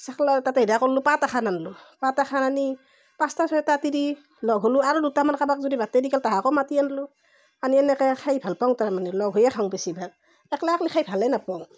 চাকলা তাতে হেয়া কৰিলোঁ পাত এখন আনিলোঁ পাত এখন আনি পাঁচটা ছয়টা তিৰি লগ হ'লোঁ আৰু দুটামান কাবাক যদি বাটেদি গ'ল তাহাকো মাতি আনিলোঁ আনি এনেকৈ খাই ভাল পাওঁ তাৰমানে লগ হৈয়ে খাওঁ বেছিভাগ একলা একলা খাই ভালেই নাপাওঁ